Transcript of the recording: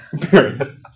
period